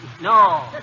No